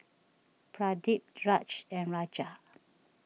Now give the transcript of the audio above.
Pradip Raj and Raja